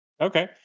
okay